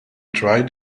tried